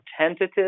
tentative